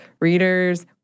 readers